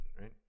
right